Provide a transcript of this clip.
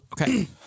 Okay